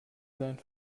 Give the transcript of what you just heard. sein